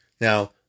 Now